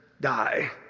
die